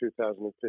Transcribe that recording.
2015